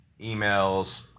emails